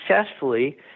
successfully